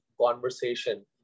conversation